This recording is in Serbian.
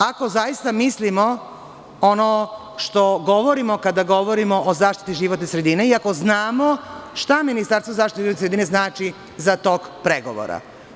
Ako zaista mislimo ono što govorimo, kada govorimo o zaštiti životne sredine, i ako znamo šta Ministarstvo za zaštitu životne sredine znači za tok pregovora.